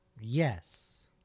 Yes